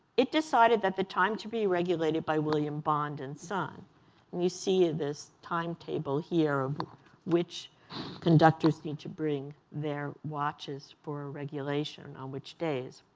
it decided that the time to be regulated by william bond and son. and you see this timetable here of which conductors need to bring their watches for regulation on which days.